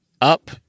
up